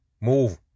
Move